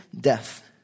death